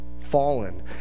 fallen